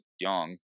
young